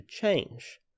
change